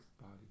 body